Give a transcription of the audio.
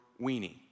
weenie